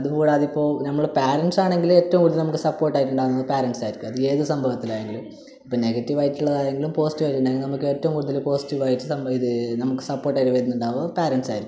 അതു കൂടാതെ ഇപ്പോൾ നമ്മൾ പാരന്റ്സ് ആണെങ്കിൽ ഏറ്റവും കൂടുതലായിട്ട് നമുക്ക് സപോർട്ട് ആയിട്ടുണ്ടാകുന്നത് പാരന്റ്സ് ആയിരിക്കും അത് ഏത് സംഭവത്തിലായെങ്കിലും ഇപ്പോൾ നെഗറ്റീവ് ആയിട്ടുള്ളതായെങ്കിലും പോസിറ്റീവ് ആയിട്ടുള്ള നമുക്ക് ഏറ്റവും കൂടുതൽ പോസിറ്റീവ് ആയിട്ട് സംഭവം ഇത് നമുക്ക് സപോർട്ട് ആയിട്ട് വരുന്നുണ്ടാവുക പാരന്റ്സ് ആയിരിക്കും